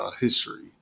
history